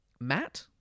Matt